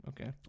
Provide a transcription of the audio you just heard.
Okay